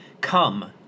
Come